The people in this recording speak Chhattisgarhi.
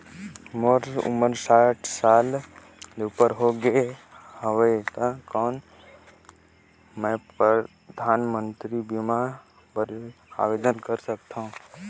मोर उमर साठ साल ले उपर हो गे हवय त कौन मैं परधानमंतरी बीमा बर आवेदन कर सकथव?